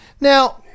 Now